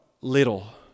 little